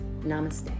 namaste